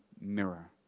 mirror